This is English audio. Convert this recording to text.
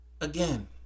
again